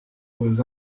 aux